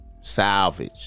Salvage